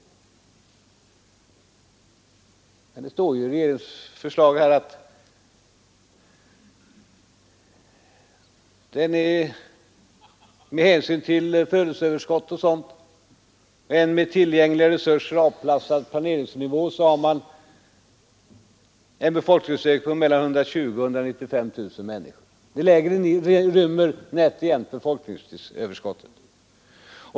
Men det står ju i regeringsförslaget att med hänsyn till födelseöverskott och sådant och en med tillgängliga resurser anpassad planeringsnivå har man en befolkningsökning på mellan 120 000 och 195 000 människor.